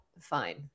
fine